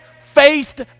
faced